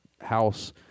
house